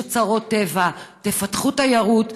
יש אוצרות טבע, תפתחו תיירות.